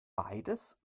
beides